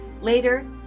Later